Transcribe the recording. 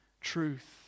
truth